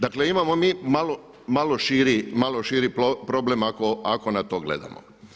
Dakle imamo mi malo širi problem ako na to gledamo.